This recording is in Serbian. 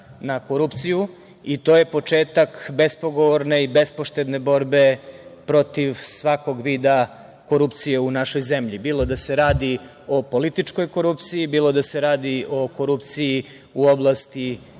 na korupciju i to je početak bespogovorne i bespoštedne borbe protiv svakog vida korupcije u našoj zemlji, bilo da se radi o političkoj korupciji, bili da se radi o korupciji u oblasti